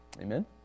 Amen